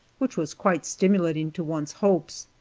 which was quite stimulating to one's hopes.